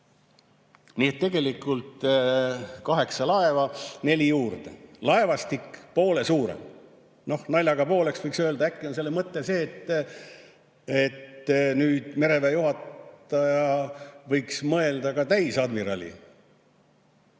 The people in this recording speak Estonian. Nii et tegelikult kaheksa laeva, neli juurde, laevastik poole suurem. Naljaga pooleks võiks öelda: äkki on selle mõte see, et nüüd mereväe juhataja võiks mõelda ka täisadmirali